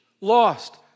lost